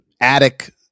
attic